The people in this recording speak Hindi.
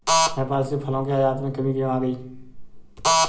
नेपाल से फलों के आयात में कमी क्यों आ गई?